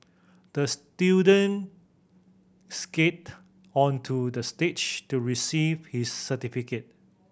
the student skated onto the stage to receive his certificate